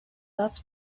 pup